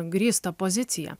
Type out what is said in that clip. grįstą poziciją